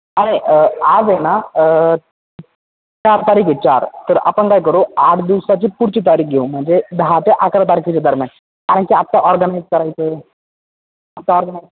अरे आज आहे ना चार तारीख आहे चार तर आपण काय करू आठ दिवसाची पुढची तारीख घेऊ म्हणजे दहा ते अकरा तारखेच्या दरम्यान कारण की आता ऑर्गनाईज करायचं आहे आता ऑर्गनाई